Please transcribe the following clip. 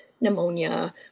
pneumonia